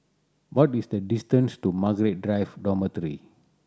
what is the distance to Margaret Drive Dormitory